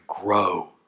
grow